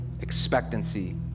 expectancy